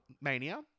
Mania